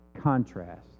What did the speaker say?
contrast